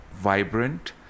vibrant